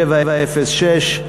706,